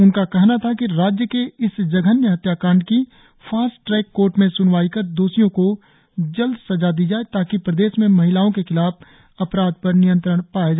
उनका कहना था कि राज्य के इस जघन्य हत्याकांड की फास्ट ट्रेक कोर्ट में स्नवाई कर दोषियों को जल्द सजा दी जाए ताकि प्रदेश में महिलाओं के खिलाफ अपराध पर नियंत्रण पाया जा सके